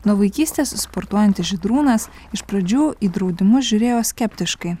nuo vaikystės sportuojantis žydrūnas iš pradžių į draudimus žiūrėjo skeptiškai